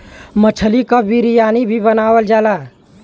मछली क बिरयानी भी बनावल जाला